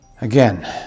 Again